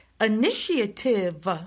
initiative